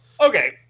Okay